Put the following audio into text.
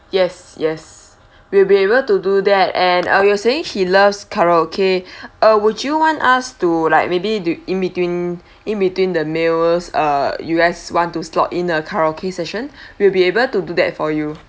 yes yes we'll be able to do that and uh you're saying she loves karaoke uh would you want us to like maybe the in between in between the meals err you guys want to slot in a karaoke session we'll be able to do that for you